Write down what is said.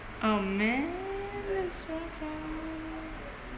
oh man that's so funny